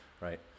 Right